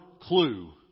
clue